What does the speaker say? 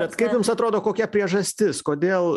bet kaip jums atrodo kokia priežastis kodėl